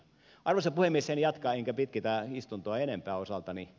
en jatka enkä pitkitä istuntoa enempää osaltani